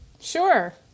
Sure